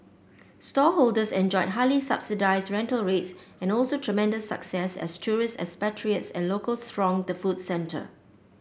stallholders enjoyed highly subsidised rental rates and also tremendous success as tourists expatriates and locals thronged the food centre